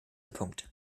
punkt